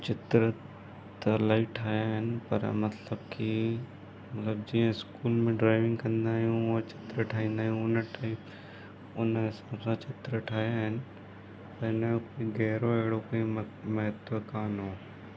चित्र त इलाही ठाहियां आहिनि पर मतिलब की मतिलब जीअं स्कूल में ड्राइविंग कंदा आहियूं उहे चित्र ठाईंदा आहियूं उन हिसाब सां चित्र ठाहिया आहिनि इन जो गहरो अहिड़ो कोई महत्व कोन हुओ